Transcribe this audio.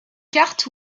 carte